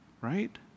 right